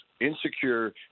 insecure